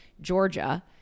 Georgia